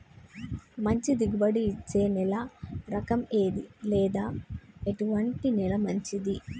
మంచి దిగుబడి ఇచ్చే నేల రకం ఏది లేదా ఎటువంటి నేల మంచిది?